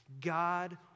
God